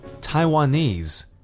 Taiwanese